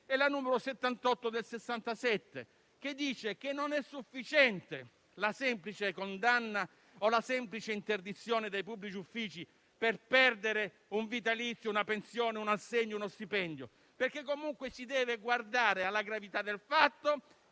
e la n. 78 del 1967, secondo le quali non è sufficiente la semplice condanna o la semplice interdizione dai pubblici uffici per perdere un vitalizio, una pensione, un assegno, uno stipendio, ma si deve guardare alla gravità del fatto,